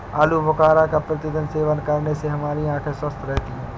आलू बुखारा का प्रतिदिन सेवन करने से हमारी आंखें स्वस्थ रहती है